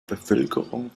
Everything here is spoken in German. bevölkerung